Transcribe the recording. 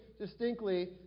distinctly